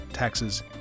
taxes